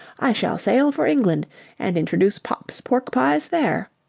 i shall sail for england and introduce popp's pork-pies there.